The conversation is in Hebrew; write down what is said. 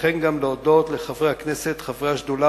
וכן גם להודות לחברי הכנסת חברי השדולה